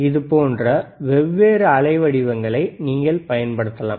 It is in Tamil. இதுபோன்ற வெவ்வேறு அலைவடிவங்களை நீங்கள் பயன்படுத்தலாம்